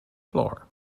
floor